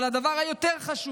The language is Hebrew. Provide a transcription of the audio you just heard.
אבל הדבר היותר-חשוב